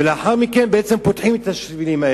ולאחר מכן פותחים את השבילים,